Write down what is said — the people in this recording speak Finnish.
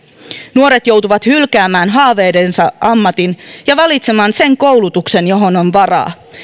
nuoret joutuvat hylkäämään haaveidensa ammatin ja valitsemaan sen koulutuksen johon on varaa